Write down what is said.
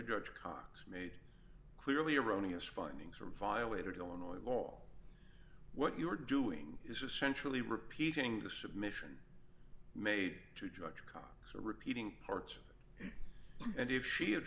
judge cox made clearly erroneous findings or violated illinois law what you're doing is essentially repeating the submission made to judge cox are repeating parts and if she had